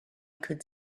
could